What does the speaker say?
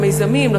למיזמים,